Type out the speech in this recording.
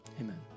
amen